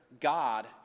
God